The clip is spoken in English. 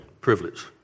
Privilege